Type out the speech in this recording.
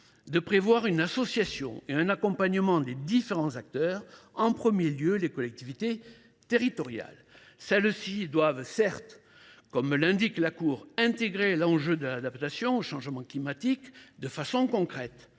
de prévoir une association et un accompagnement des différents acteurs, en premier lieu les collectivités territoriales. Celles ci doivent certes, comme l’indique la Cour, « intégrer l’enjeu de l’adaptation [au changement climatique] de façon concrète